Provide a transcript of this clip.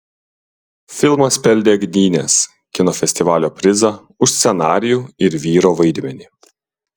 filmas pelnė gdynės kino festivalio prizą už scenarijų ir vyro vaidmenį